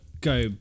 go